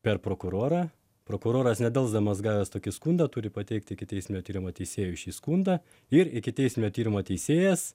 per prokurorą prokuroras nedelsdamas gavęs tokį skundą turi pateikti ikiteisminio tyrimo teisėjui šį skundą ir ikiteisminio tyrimo teisėjas